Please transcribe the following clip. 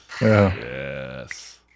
Yes